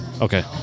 Okay